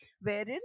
wherein